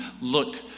look